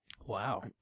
wow